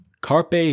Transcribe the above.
Carpe